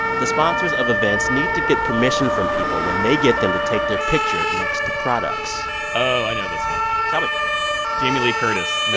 the sponsors of events need to get permission from people when they get them to take their picture next to products oh, i know this one tell me jamie lee curtis. yes.